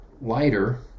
lighter